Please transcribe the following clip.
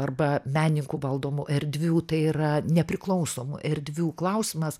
arba menininkų valdomų erdvių tai yra nepriklausomų erdvių klausimas